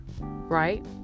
right